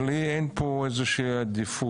לי אין פה איזושהי עדיפות,